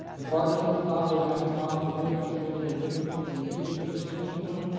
the bartender thought they were having problems with other customers and a victim and the victim took a swing at someone.